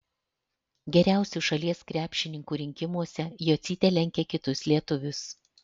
geriausių šalies krepšininkų rinkimuose jocytė lenkia kitus lietuvius